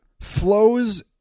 flows